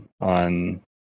on